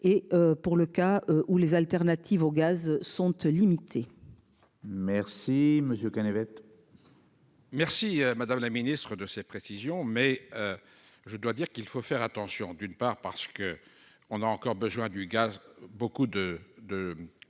et pour le cas où les alternatives au gaz sont elles limitées. Merci monsieur bête. Merci, madame la Ministre, de ces précisions mais. Je dois dire qu'il faut faire attention, d'une part parce que on a encore besoin du gaz beaucoup de